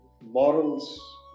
morals